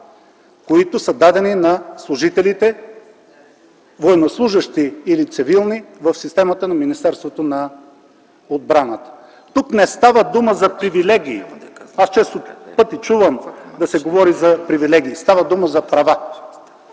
които са дадени на служителите, военнослужещи или цивилни, в системата на Министерството на отбраната. Тук не става дума за привилегии! Аз често пъти чувам да се говори за привилегии. Става дума за права,